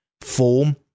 form